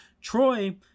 Troy